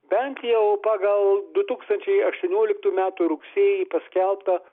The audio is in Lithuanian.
bent jau pagal du tūkstančiai aštuonioliktų metų rugsėjį paskelbtą